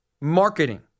Marketing